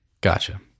Gotcha